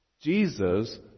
Jesus